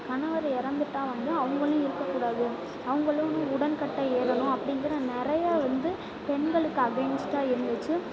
கணவர் இறந்துவிட்டா வந்து அவங்களும் இருக்கக்கூடாது அவங்களும் உடன்கட்டை ஏறணும் அப்படிங்கிற நிறையா வந்து பெண்களுக்கு அகைன்ஸ்ட்டா இருந்துச்சு